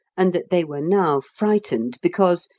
and that they were now frightened because,